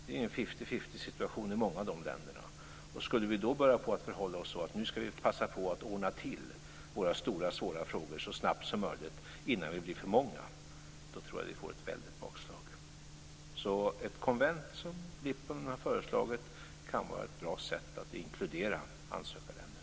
Det är en fifty-fifty-situation i många av de länderna. Om vi då skulle börja förhålla oss så att vi nu ska passa på att ordna till våra stora svåra frågor så snabbt som möjligt innan medlemmarna blir för många tror jag att vi får ett väldigt bakslag. Ett konvent, som Lipponen har föreslagit, kan vara ett bra sätt att inkludera ansökarländerna.